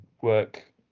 work